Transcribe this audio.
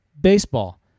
baseball